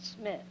Smith